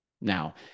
Now